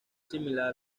similar